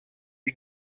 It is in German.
sie